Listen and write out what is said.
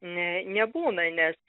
nebūna nes